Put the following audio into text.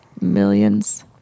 millions